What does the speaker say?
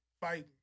fighting